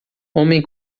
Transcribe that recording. homem